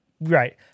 Right